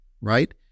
right